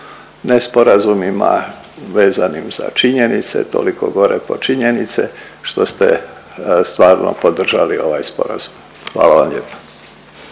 nesporazumima vezanim za činjenice, toliko gore po činjenice što ste stvarno podržali ovaj sporazum. Hvala vam lijepa.